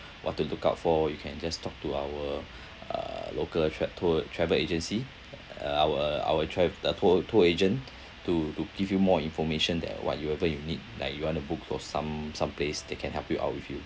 what to look out for you can just talk to our uh local tra~ tour travel agency our our trav~ uh tour tour agent to to give you more information that what you ever you need like you want to book for some some place they can help you out with you